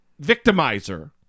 victimizer